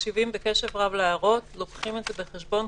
מקשיבים בקשב רב להערות, לוקחים את זה בחשבון.